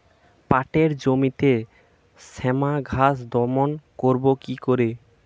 পাটের জমিতে শ্যামা ঘাস দমন করবো কি করে?